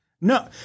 no